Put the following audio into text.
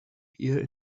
here